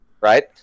Right